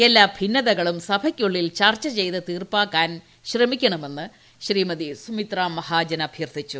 എല്ലാ ഭിന്നതകളും സഭയ്ക്കുള്ളിൽ ചർച്ച ചെയ്ത് തീർപ്പാക്കാൻ ശ്രമിക്കണമെന്ന് ശ്രീമതി സുമിത്ര മഹാജൻ അഭ്യർത്ഥിച്ചു